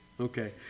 Okay